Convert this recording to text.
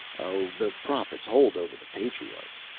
oh, the prophets hold over the patriarchs.